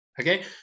Okay